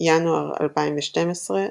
בינואר 2012,